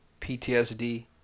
PTSD